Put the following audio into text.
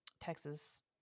Texas